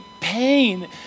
pain